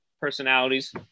personalities